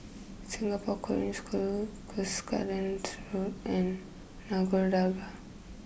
Singapore Korean School Cuscaden Road and Nagore Dargah